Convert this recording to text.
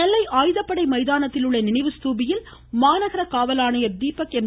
நெல்லை ஆயுதப்படை மைதானத்தில் உள்ள நினைவு ஸ்தூபியில் மாநகர காவல் ஆணையர் தீபக் எம்